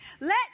let